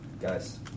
Guys